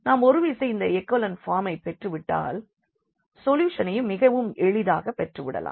நாம் ஒரு விசை இந்த எகோலன் பார்மை பெற்றுவிட்டால் சொல்யூஷனையும் மிகவும் எளிதாக பெற்றுவிடலாம்